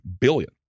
billion